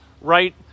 right